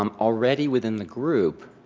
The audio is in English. um already within the group,